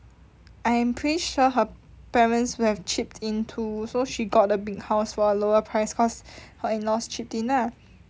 I am pretty sure her parents would have chipped in too so she got the big house for a lower price cause her in-laws chipped in ah